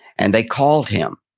and they called him,